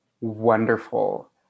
wonderful